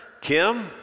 Kim